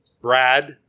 Brad